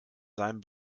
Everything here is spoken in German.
seinem